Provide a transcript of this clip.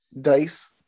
dice